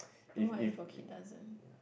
then what if your kid doesn't